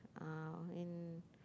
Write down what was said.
uh in